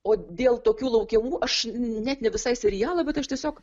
o dėl tokių laukiamų aš net ne visai serialo bet aš tiesiog